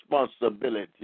responsibility